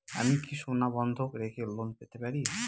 আমি কি সোনা বন্ধক রেখে লোন পেতে পারি?